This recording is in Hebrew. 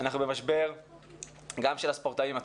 משבר גם של הספורטאים,